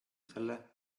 selle